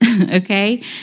okay